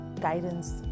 guidance